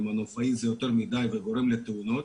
למנופאי זה יותר מדיי וגורם לתאונות.